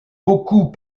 beaucoup